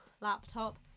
laptop